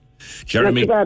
Jeremy